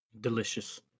delicious